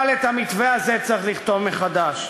אבל את המתווה הזה צריך לכתוב מחדש,